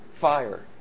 fire